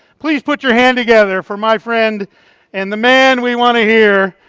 please put your hands together for my friend and the man we wanna hear.